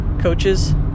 coaches